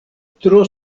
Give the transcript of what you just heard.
tro